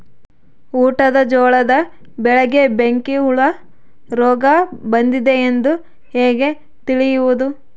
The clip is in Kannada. ಊಟದ ಜೋಳದ ಬೆಳೆಗೆ ಬೆಂಕಿ ಹುಳ ರೋಗ ಬಂದಿದೆ ಎಂದು ಹೇಗೆ ತಿಳಿಯುವುದು?